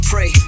Pray